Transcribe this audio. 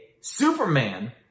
Superman